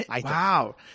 Wow